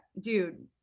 dude